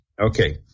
okay